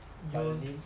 有